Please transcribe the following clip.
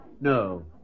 No